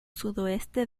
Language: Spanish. sudoeste